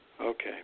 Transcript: Okay